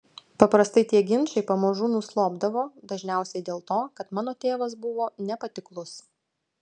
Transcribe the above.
paprastai tie ginčai pamažu nuslopdavo dažniausiai dėl to kad mano tėvas buvo nepatiklus